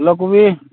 ଫୁଲକୋବି